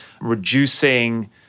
reducing